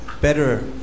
better